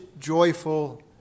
joyful